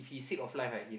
he's sick of life right